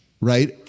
right